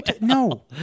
No